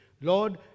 lord